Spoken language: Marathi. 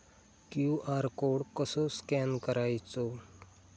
क्यू.आर कोड कसो स्कॅन करायचो?